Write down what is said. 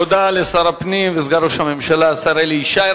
תודה לשר הפנים וסגן ראש הממשלה, השר אלי ישי.